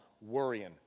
worrying